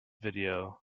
video